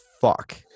fuck